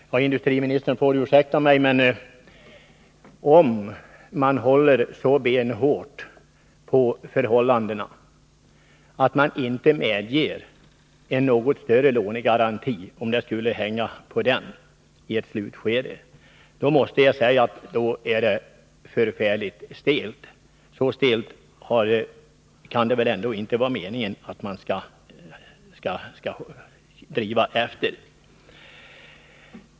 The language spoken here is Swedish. Herr talman! Industriministern får ursäkta mig, men om man håller så benhårt på vad som nu gäller att man inte medger en något större lånegaranti —om det hänger på den i ett slutskede — måste jag säga att systemet är mycket stelbent.